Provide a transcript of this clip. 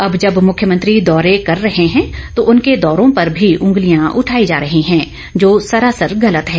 अब जब मुख्यमंत्री दौरे कर रहे हैं तो उनके दौरों पर भी उंगलियां उठाई जा रही है जो सरासर गलत है